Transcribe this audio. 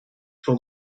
for